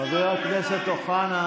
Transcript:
תראה איזה, חבר הכנסת אוחנה.